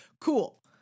cool